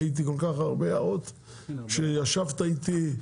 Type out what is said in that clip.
ראיתי כל כך הרבה הערות, שישבת איתי,